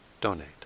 donate